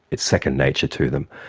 it's second nature to them.